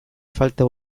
falta